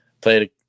Played